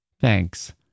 Thanks